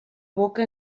boca